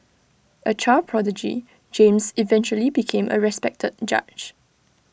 A child prodigy James eventually became A respected judge